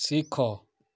ଶିଖ